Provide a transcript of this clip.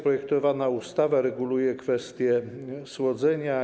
Projektowana ustawa reguluje kwestie słodzenia.